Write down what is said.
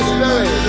Spirit